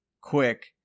quick